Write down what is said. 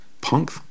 punk